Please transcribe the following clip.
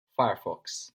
firefox